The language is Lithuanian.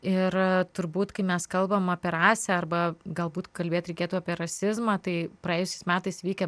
ir turbūt kai mes kalbam apie rasę arba galbūt kalbėt reikėtų apie rasizmą tai praėjusiais metais vykę